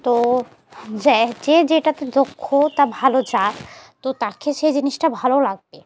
তো যে যে যেটাতে দক্ষ তা ভালো যার তো তাকে সেই জিনিসটা ভালো লাগবে